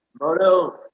moto